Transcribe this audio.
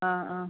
ആ ആ